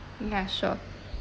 ya sure